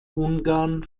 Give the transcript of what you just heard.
ungarn